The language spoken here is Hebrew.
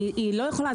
היא לא יכולה.